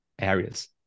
areas